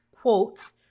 quotes